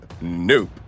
Nope